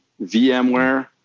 VMware